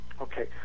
Okay